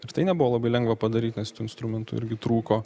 ir tai nebuvo labai lengva padaryt nes tų instrumentų irgi trūko